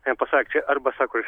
jam pasakė čia arba sako